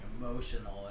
emotional